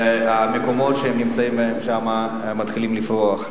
והמקומות שהן נמצאות בהם מתחילים לפרוח.